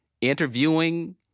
interviewing